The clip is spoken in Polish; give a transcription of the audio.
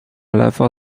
lewo